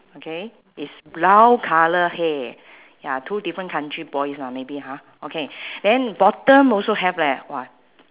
okay it's brown colour hair ya two different country boys lah maybe ha okay then bottom also have leh !wah!